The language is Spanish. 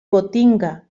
gotinga